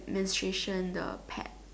menstruation the pad